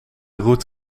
roet